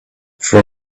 for